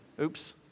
oops